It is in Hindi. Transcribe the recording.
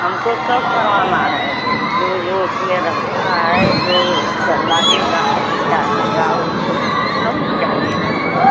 हमको सब करवाना है जो जो उसमें रहता है जो चढ़ लगेगा जो चाहेगा उस को सब न चाहिएगा